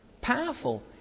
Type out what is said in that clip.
powerful